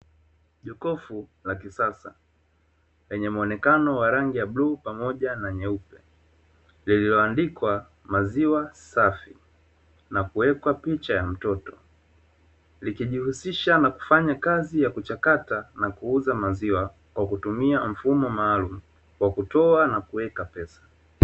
Jokofu la kisasa lenye muonekano wa rangi ya bluu pamoja na nyeupe, lililoandikwa "Maziwa Safi" na kuwekwa picha ya mtoto, likijihusisha na kufanya kazi ya kuchakata na kuuza maziwa, kwa kutumia mfumo maalumu wa kutoa na kuweka pesa.